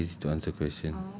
no I lazy to answer question